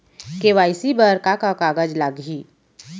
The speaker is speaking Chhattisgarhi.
के.वाई.सी बर का का कागज लागही?